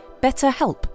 BetterHelp